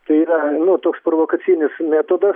tai yra toks provokacinis metodas